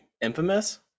infamous